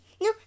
no